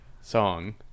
song